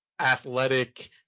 athletic